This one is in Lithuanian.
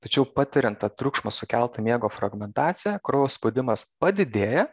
tačiau patiriant tą triukšmo sukeltą miego fragmentaciją kraujo spaudimas padidėja